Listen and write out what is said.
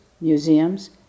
museums